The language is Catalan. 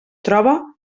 troba